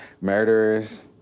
Murderers